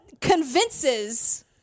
convinces